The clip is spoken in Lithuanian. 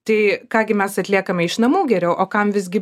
tai ką gi mes atliekame iš namų geriau o kam visgi